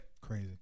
Crazy